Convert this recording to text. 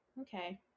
Okay